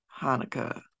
hanukkah